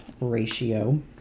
ratio